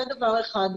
זה דבר אחד.